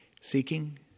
seeking